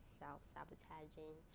self-sabotaging